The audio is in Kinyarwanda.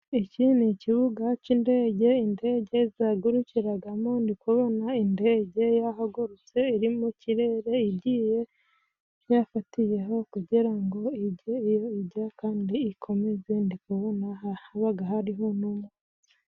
Iki ni ikibuga cy'indege, indege zihagurucyiramo. Ndikubona indege yahagurutse iri mu kirere igiye yafatiyeho kugira ngo igere aho ijya kandi ikomeze, ndikubona haba hariho n'umwotsi.